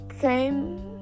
came